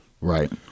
Right